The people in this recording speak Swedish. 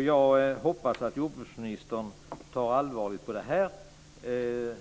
Jag hoppas att jordbruksministern tar allvarligt på det här.